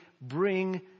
bring